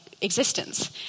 existence